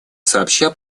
сообща